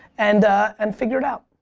and and figure it out.